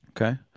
Okay